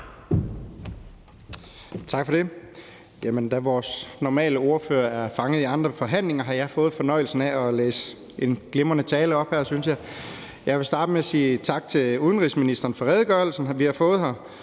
Tak for det. Da vores sædvanlige ordfører er fanget i andre forhandlinger, har jeg fået fornøjelsen af at læse denne glimrende tale op. Jeg vil starte med at sige tak til udenrigsministeren for den redegørelse, vi har fået, men